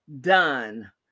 done